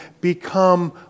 become